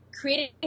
creating